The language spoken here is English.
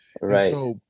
Right